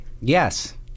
Yes